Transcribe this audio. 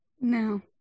no